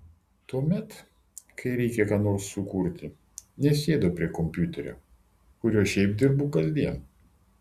tuomet kai reikia ką nors sukurti nesėdu prie kompiuterio kuriuo šiaip dirbu kasdien